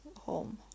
home